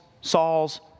Saul's